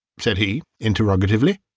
said he, interrogatively.